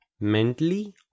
mentally